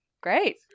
Great